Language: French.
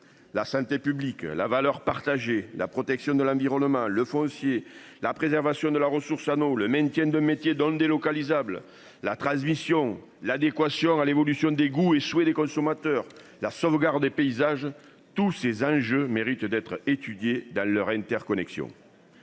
La santé publique, la valeur partagée, la protection de l'environnement, le foncier, la préservation de la ressource ou le maintien de métier dans le délocalisable la transmission l'adéquation à l'évolution des goûts échoué des consommateurs la sauvegarde des paysages tous ces enjeux mérite d'être étudiée dans leur interconnexion.